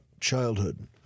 childhood